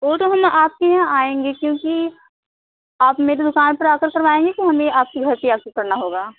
वो तो हम आपके यहाँ आएंगे क्योंकि आप मेरी दुकान पर आ कर करवाएंगे या हमें आपके घर पर जा कर करना होगा